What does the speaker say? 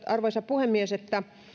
arvoisa puhemies että